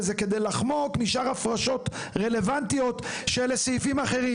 וזה כדי לחמוק משאר הפרשות רלוונטיות של סעיפים אחרים.